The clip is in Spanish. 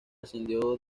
ascendió